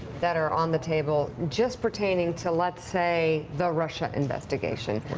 that are on the table just pertaining to let's say the russia investigation.